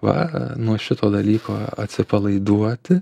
va nuo šito dalyko atsipalaiduoti